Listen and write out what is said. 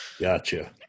gotcha